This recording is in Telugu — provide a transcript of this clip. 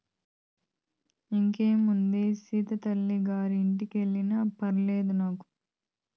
ఇంకేముందే సీతల్లి గారి ఇంటికెల్లినా ఫర్వాలేదు నాకు